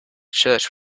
church